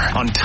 on